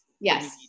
Yes